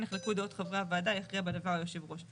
נחלקו דעות חברי הוועדה, יכריע בדבר יושב הראש".